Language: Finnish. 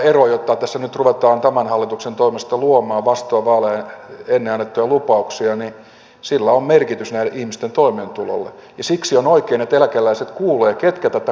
tällä erolla jota tässä nyt ruvetaan tämän hallituksen toimesta luomaan vastoin ennen vaaleja annettuja lupauksia on merkitys näiden ihmisten toimeentulolle ja siksi on oikein että eläkeläiset kuulevat ketkä tätä kannattavat